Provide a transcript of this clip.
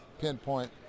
pinpoint